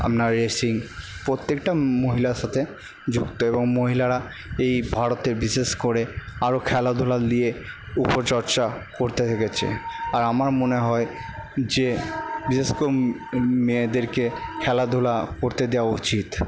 আপনার রেসিং প্রত্যেকটা মহিলার সাথে যুক্ত এবং মহিলারা এই ভারতে বিশেষ করে আরো খেলাধুলা নিয়ে উপচর্চা করতে দেখেছে আর আমার মনে হয় যে বিশেষ কেউ মেয়েদেরকে খেলাধুলা করতে দেওয়া উচিত